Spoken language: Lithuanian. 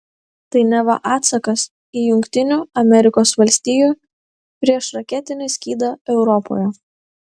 tai neva atsakas į jungtinių amerikos valstijų priešraketinį skydą europoje